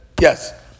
Yes